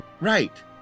right